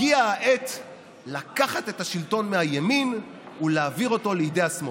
הגיעה העת לקחת את השלטון מהימין ולהעביר אותו לידי השמאל.